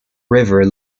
river